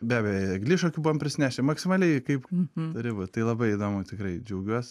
be abejo eglišakių buvom prisinešę maksimaliai kaip turi būt tai labai įdomu tikrai džiaugiuos